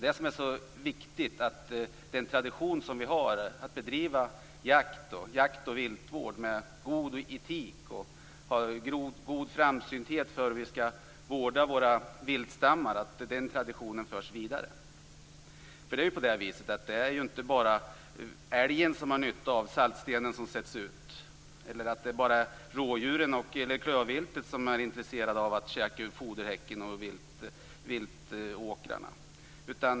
Det är viktigt att den tradition vi har av att bedriva jakt och viltvård med god etik och den tradition av god framsynthet när det gäller hur vi skall vårda våra viltstammar förs vidare. Det är nämligen inte bara älgen som har nytta av saltstenen som sätts ut, eller bara rådjuren eller klövviltet som är intresserade av att käka ur foderhäcken och viltåkrarna.